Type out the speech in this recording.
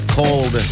cold